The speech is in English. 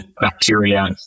bacteria